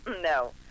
No